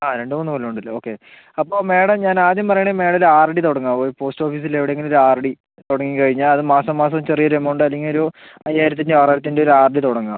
ആ രണ്ട് മൂന്ന് കൊല്ലം ഉണ്ടല്ലേ ഓക്കേ അപ്പം മേഡം ഞാൻ ആദ്യം പറയാണെങ്കിൽ മേഡം ഒരു ആർ ഡി തുടങ്ങുക ഒരു പോസ്റ്റ് ഓഫിസിൽ എവിടെ എങ്കിലും ഒരു ആർ ഡി തുടങ്ങി കഴിഞ്ഞാൽ അത് മാസം മാസം ചെറിയോരു എമൗണ്ട് അല്ലെങ്കിൽ ഒരു അയ്യായിരത്തിൻ്റയോ ആറായിരത്തിൻ്റയോ ഒരു ആർ ഡി തുടങ്ങുക